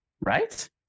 right